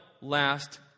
last